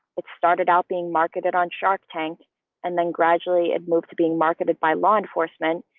it started out being marketed on shark tank and then gradually it moved to being marketed by law enforcement.